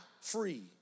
free